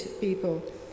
people